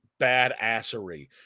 badassery